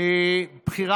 גינזבורג,